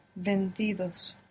vendidos